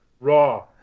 Raw